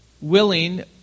willing